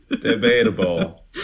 Debatable